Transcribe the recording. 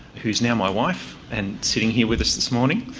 who's now my wife, and sitting here with us this morning.